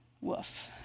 Woof